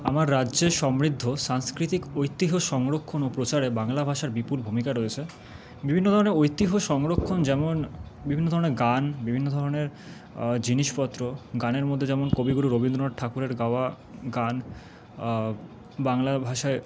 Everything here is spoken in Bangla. আমার রাজ্যে সমৃদ্ধ সাংস্কৃতিক ঐতিহ্য সংরক্ষণ ও প্রচারে বাংলা ভাষার বিপুল ভূমিকা রয়েছে বিভিন্ন ধরনের ঐতিহ্য সংরক্ষণ যেমন বিভিন্ন ধরনের গান বিভিন্ন ধরনের জিনিসপত্র গানের মধ্যে যেমন কবিগুরু রবীন্দ্রনাথ ঠাকুরের গাওয়া গান বাংলা ভাষায়